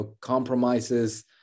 compromises